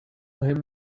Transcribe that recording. him